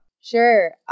Sure